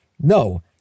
No